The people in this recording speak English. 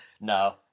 No